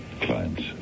clients